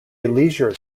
leisure